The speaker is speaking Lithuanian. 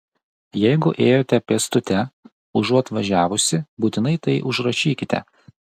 jeigu ėjote pėstute užuot važiavusi būtinai tai užrašykite